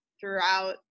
throughout